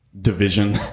division